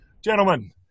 Gentlemen